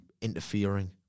interfering